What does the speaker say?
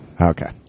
Okay